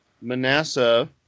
Manasseh